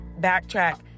backtrack